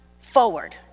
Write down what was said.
forward